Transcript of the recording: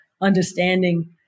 understanding